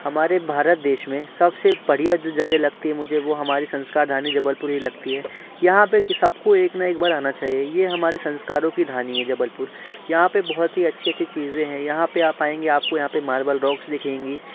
हमारे भारत देश में सबसे बढ़िया जो जगह लगती है मुझे वो हमारी संस्कारधानी जबलपुर ही लगती है यहाँ पे की सबको एक न एक बार आना चाहिए ये हमारे संस्कारों की धानी है जबलपुर यहाँ पे बहुत ही अच्छी अच्छी चीज़ें हैं यहाँ पे आप आएँगे आपको यहाँ पे मार्बल रॉक्स दिखेंगे